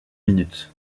minutes